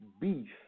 beef